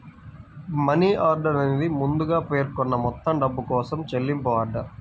money order అనేది ముందుగా పేర్కొన్న మొత్తం డబ్బు కోసం చెల్లింపు ఆర్డర్